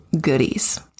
goodies